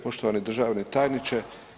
Poštovani državni tajniče.